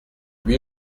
huit